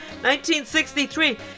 1963